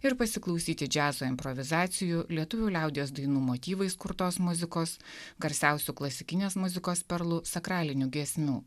ir pasiklausyti džiazo improvizacijų lietuvių liaudies dainų motyvais kurtos muzikos garsiausių klasikinės muzikos perlų sakralinių giesmių